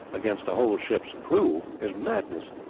against a whole ship's crew is madness.